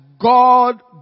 God